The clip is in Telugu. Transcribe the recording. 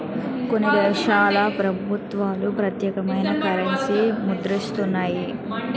కొన్ని దేశాల ప్రభుత్వాలు ప్రత్యేకమైన కరెన్సీని ముద్రిస్తుంటాయి